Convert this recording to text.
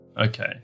Okay